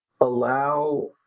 allow